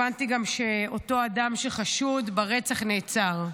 הבנתי גם שאותו אדם שחשוד ברצח נעצר,